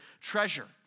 treasure